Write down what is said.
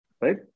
right